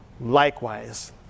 likewise